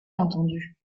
entendu